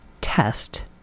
test